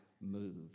moved